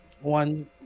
one